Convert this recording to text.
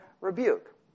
rebuke